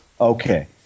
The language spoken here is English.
okay